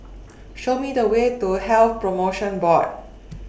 Show Me The Way to Health promotion Board